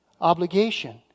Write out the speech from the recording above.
Obligation